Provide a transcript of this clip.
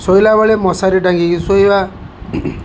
ଶୋଇଲାବେଳେ ମଶାରି ଟାଙ୍ଗିକି ଶୋଇବା